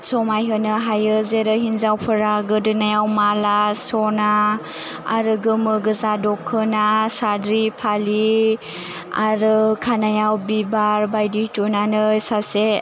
समायहोनो हायो जेरै हिन्जावफोरा गोदोनायाव माला सना आरो गोमो गोजा दखोना साद्रि फालि आरो खानायाव बिबार बायदि थुनानै सासे